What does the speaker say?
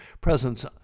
presence